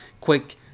Quick